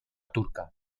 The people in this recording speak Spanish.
turca